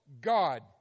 God